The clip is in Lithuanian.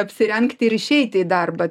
apsirengti ir išeiti į darbą